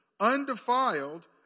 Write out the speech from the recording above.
undefiled